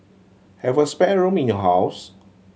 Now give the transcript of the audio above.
have a spare room in your house